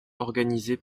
organisée